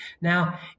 Now